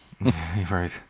Right